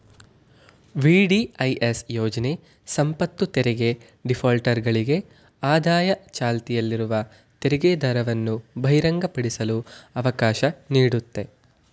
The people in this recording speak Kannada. ವಿ.ಡಿ.ಐ.ಎಸ್ ಯೋಜ್ನ ಸಂಪತ್ತುತೆರಿಗೆ ಡಿಫಾಲ್ಟರ್ಗಳಿಗೆ ಆದಾಯ ಚಾಲ್ತಿಯಲ್ಲಿರುವ ತೆರಿಗೆದರವನ್ನು ಬಹಿರಂಗಪಡಿಸಲು ಅವಕಾಶ ನೀಡುತ್ತೆ